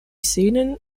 szenen